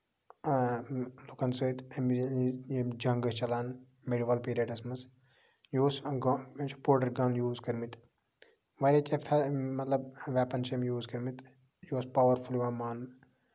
اۭں لُکَن سۭتۍ یِم یِم جَنگ ٲسۍ چَلان مِڈِیوَل پیرڈَس منٛز یہِ اوس أمۍ چھِ پوٹر گَن یوٗز کٔرمٕتۍ واریاہ کیٚنٛہہ فے مطلب ویپَن چھِ أمۍ یوٗز کٔرمٕتۍ یہِ اوس پاورفُل یِوان ماننہٕ